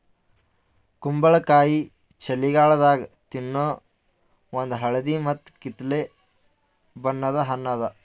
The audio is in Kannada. ಕುಂಬಳಕಾಯಿ ಛಳಿಗಾಲದಾಗ ತಿನ್ನೋ ಒಂದ್ ಹಳದಿ ಮತ್ತ್ ಕಿತ್ತಳೆ ಬಣ್ಣದ ಹಣ್ಣ್ ಅದಾ